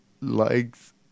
likes